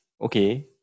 okay